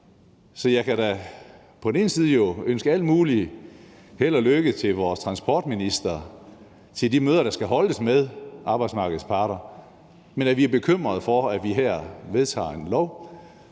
Så jeg kan da på den ene side jo ønske al mulig held og lykke til vores transportminister i forbindelse med de møder, der skal holdes med arbejdsmarkedets parter, men vi er bekymrede for, at vi her vedtager et